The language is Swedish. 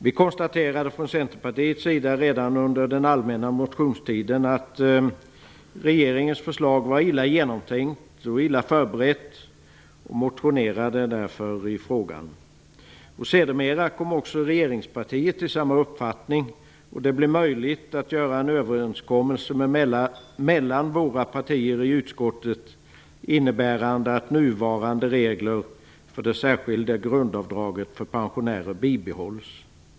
Vi konstaterade från Centerpartiets sida redan under den allmänna motionstiden att regeringens förslag var illa genomtänkt och illa förberett och motionerade därför i frågan. Sedermera kom också regeringspartiet fram till samma uppfattning, och det blev möjligt att göra en överenskommelse mellan våra partier i utskottet, innebärande att nuvarande regler för det särskilda grundavdraget för pensionärer bibehålls.